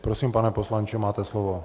Prosím, pane poslanče, máte slovo.